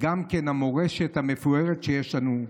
וגם את המורשת המפוארת שיש לנו,